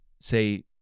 say